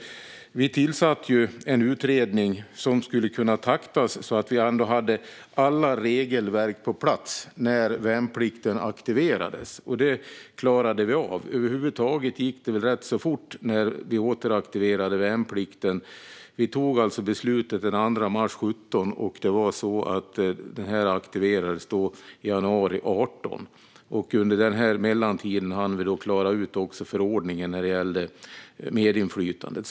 Vi tillsatte en utredning som skulle kunna taktas så att vi ändå hade alla regelverk på plats när värnplikten aktiverades. Det klarade vi av. Över huvud taget gick det rätt så fort när vi återaktiverade värnplikten. Vi tog alltså beslutet den 2 mars 2017, och värnplikten aktiverades i januari 2018. Under denna mellantid hann vi också klara ut förordningen när det gällde medinflytandet.